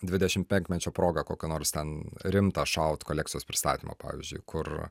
dvidešimt penkmečio proga kokią nors ten rimtą šaut kolekcijos pristatymą pavyzdžiui kur